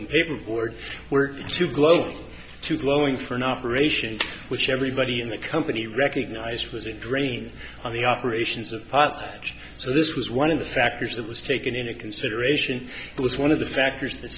potent paperboard were to gloat to glowing for an operation which everybody in the company recognised was a drain on the operations of pottage so this was one of the factors that was taken into consideration it was one of the factors that